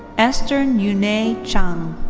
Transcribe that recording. esther eunae chang.